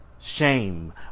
Shame